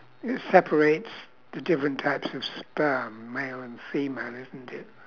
separates the different types of sperm male and female isn't it